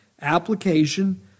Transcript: application